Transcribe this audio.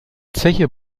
zeche